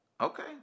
Okay